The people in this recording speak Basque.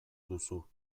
duzu